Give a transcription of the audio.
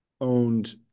owned